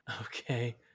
Okay